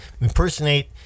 impersonate